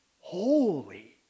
holy